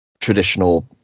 traditional